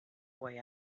boy